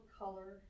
color